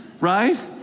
right